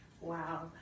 Wow